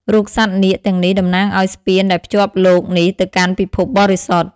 រូបសត្វនាគទាំងនេះតំណាងឱ្យស្ពានដែលភ្ជាប់លោកនេះទៅកាន់ពិភពបរិសុទ្ធ។